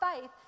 faith